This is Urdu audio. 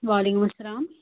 و علیکم السّلام